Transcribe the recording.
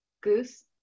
Goose